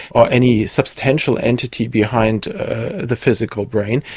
or any substantial entity behind the physical brain,